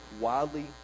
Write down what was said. wildly